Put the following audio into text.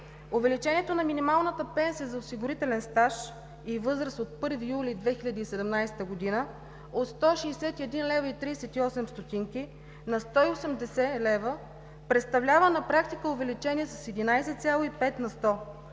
Увеличението на минималната пенсия за осигурителен стаж и възраст от 1 юли 2017 г. от 161,38 лв. на 180 лв. представлява на практика увеличение с 11,5 на сто,